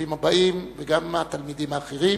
ברוכים הבאים וגם התלמידים האחרים.